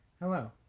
Hello